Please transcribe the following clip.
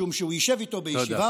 משום שהוא ישב איתו בישיבה,